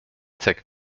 tech